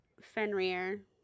Fenrir